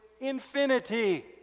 infinity